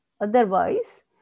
otherwise